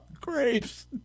Grape's